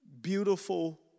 Beautiful